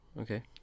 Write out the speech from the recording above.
okay